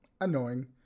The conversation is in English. annoying